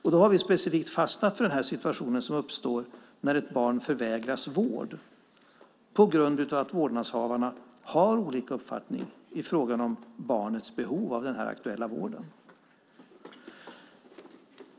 Vi har specifikt fastnat för den situation som uppstår när ett barn förvägras vård på grund av att vårdnadshavarna har olika uppfattning i fråga om barnets behov av den aktuella vården.